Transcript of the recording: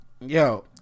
Yo